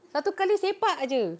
satu kali sepak jer